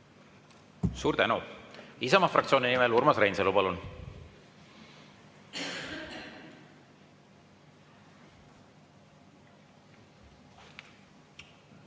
Suur tänu! Isamaa fraktsiooni nimel Urmas Reinsalu, palun!